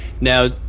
Now